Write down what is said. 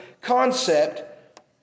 concept